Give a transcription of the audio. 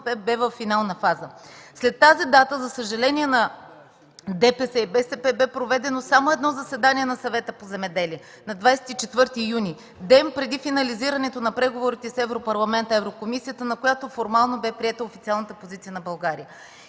бе във финална фаза. След тази дата, за съжаление на ДПС и БСП, бе проведено само едно заседание на Съвета по земеделие – на 24 юни, ден преди финализирането на преговорите с Европарламента и Еврокомисията, на което формално бе приета официалната позиция на България.